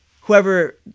whoever